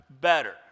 better